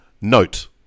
Note